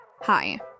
Hi